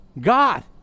God